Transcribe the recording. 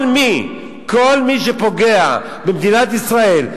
כל מי שפוגע במדינת ישראל,